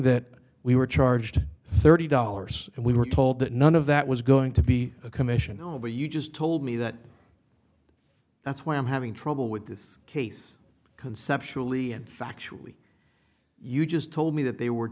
that we were charged thirty dollars and we were told that none of that was going to be a commission where you just told me that that's why i'm having trouble with this case conceptually and factually you just told me that they were